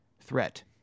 threat